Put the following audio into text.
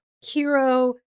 hero